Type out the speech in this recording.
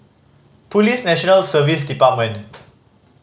Police National Service Department